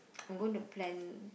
I'm going to plan